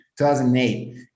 2008